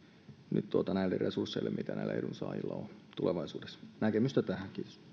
näihin resursseihin mitä näillä edunsaajilla on tulevaisuudessa näkemystä tähän